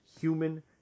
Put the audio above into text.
human